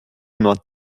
nord